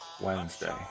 Wednesday